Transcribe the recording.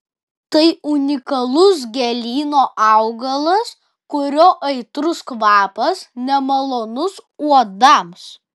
tai unikalus gėlyno augalas kurio aitrus kvapas nemalonus uodams